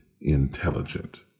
intelligent